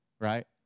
right